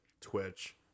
Twitch